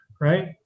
right